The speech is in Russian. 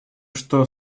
что